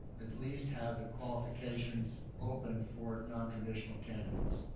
at least have the qualifications open for non-traditional candidates.